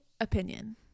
opinion